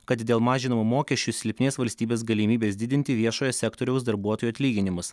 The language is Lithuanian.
kad dėl mažinamų mokesčių silpnės valstybės galimybės didinti viešojo sektoriaus darbuotojų atlyginimus